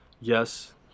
yes